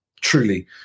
truly